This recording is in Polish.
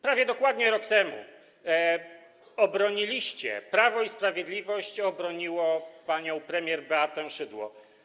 Prawie dokładnie rok temu obroniliście, Prawo i Sprawiedliwość obroniło panią premier Beatę Szydło.